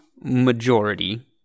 majority